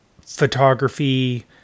photography